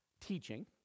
teaching